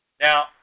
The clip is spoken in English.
Now